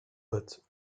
but